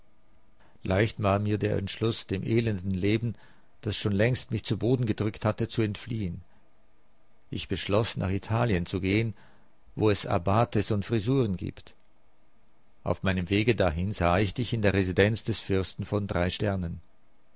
leicht war mir der entschluß dem elenden leben das schon längst mich zu boden gedrückt hatte zu entfliehen ich beschloß nach italien zu gehen wo es abbates und frisuren gibt auf meinem wege dahin sah ich dich in der residenz des fürsten von man sprach